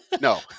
No